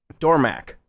Dormac